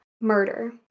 murder